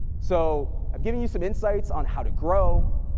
so i've given you some insights on how to grow,